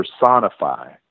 personify